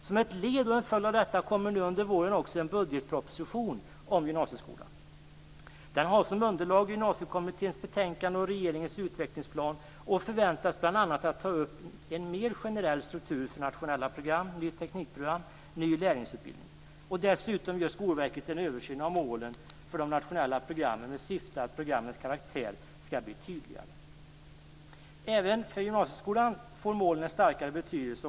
Som ett led i och en följd av detta kommer det under våren en budgetproposition om gymnasieskolan. Den har som underlag Gymnasiekommitténs betänkande och regeringens utvecklingsplan och förväntas bl.a. ta upp en mer generell struktur för nationella program, nytt teknikprogram och ny lärlingsutbildning. Dessutom gör Skolverket en översyn av målen för de nationella programmen med syfte att programmens karaktär skall bli tydligare. Även för gymnasieskolan får målen en större betydelse.